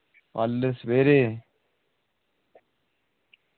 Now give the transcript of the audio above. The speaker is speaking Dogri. कल्ल सबेरै